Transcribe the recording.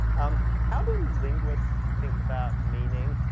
um, how do linguists think about meaning?